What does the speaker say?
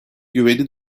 güveni